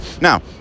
Now